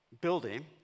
building